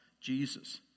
Jesus